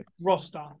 roster